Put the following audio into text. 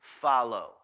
follow